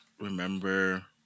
remember